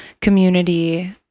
community